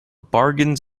bargains